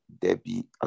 Debbie